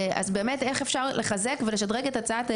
יש פה את כל עתיד הפריפריה,